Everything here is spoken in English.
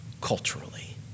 culturally